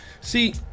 see